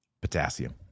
Potassium